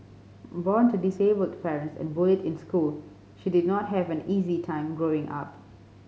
born to disabled parents and bullied in school she did not have an easy time growing up